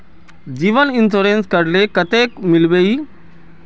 जीवन इंश्योरेंस करले कतेक मिलबे ई?